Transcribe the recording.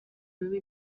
biba